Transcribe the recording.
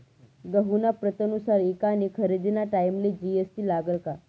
गहूना प्रतनुसार ईकानी खरेदीना टाईमले जी.एस.टी लागस का?